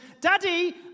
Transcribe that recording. Daddy